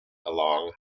along